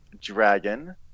Dragon